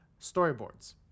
storyboards